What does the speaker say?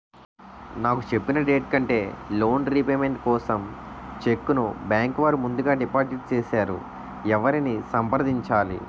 నాకు చెప్పిన డేట్ కంటే లోన్ రీపేమెంట్ కోసం చెక్ ను బ్యాంకు వారు ముందుగా డిపాజిట్ చేసారు ఎవరిని సంప్రదించాలి?